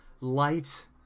light